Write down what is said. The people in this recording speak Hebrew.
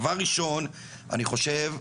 דבר ראשון, אני חושב,